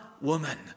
woman